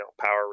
Power